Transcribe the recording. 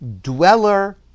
dweller